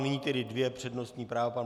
Nyní tedy dvě přednostní práva.